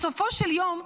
בסופו של יום,